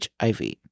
HIV